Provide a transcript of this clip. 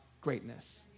greatness